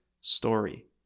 story